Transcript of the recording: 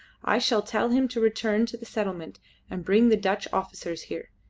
i shall tell him to return to the settlement and bring the dutch officers here.